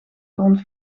grond